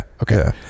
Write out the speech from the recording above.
Okay